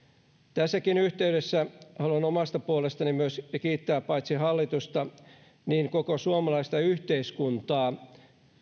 tässäkin yhteydessä haluan myös omasta puolestani kiittää paitsi hallitusta myös koko suomalaista yhteiskuntaa